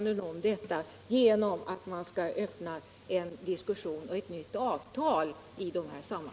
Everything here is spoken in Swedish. Inte heller finns det anledning att från svensk sida öppna en diskussion och skriva ett nytt avtal.